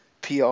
PR